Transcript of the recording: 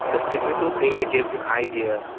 the physical thing that gives an idea,